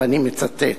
ואני מצטט: